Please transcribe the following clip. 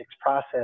process